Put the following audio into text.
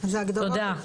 תודה.